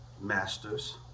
masters